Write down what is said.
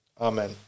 amen